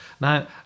Now